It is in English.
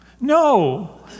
No